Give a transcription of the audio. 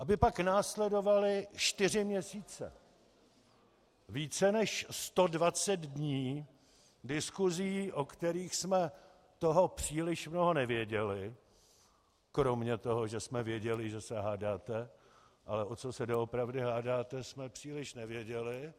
Aby pak následovaly čtyři měsíce, více než 120 dní diskusí, o kterých jsme toho příliš mnoho nevěděli kromě toho, že jsme věděli, že se hádáte, ale o co se doopravdy hádáte, jsme příliš nevěděli.